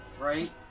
right